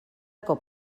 cop